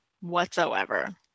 whatsoever